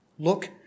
Look